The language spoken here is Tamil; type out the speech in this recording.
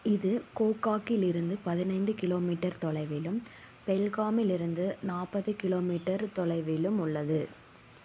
இது கோகாக்கில் இருந்து பதினைந்து கிலோமீட்டர் தொலைவிலும் பெல்காமில் இருந்து நாற்பது கிலோமீட்டர் தொலைவிலும் உள்ளது